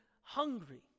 hungry